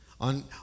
on